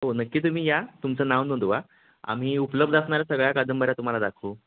हो नक्की तुम्ही या तुमचं नाव नोंदवा आम्ही उपलब्ध असणाऱ्या सगळ्या कादंबऱ्या तुम्हाला दाखवू